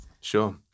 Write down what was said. Sure